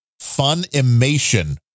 Funimation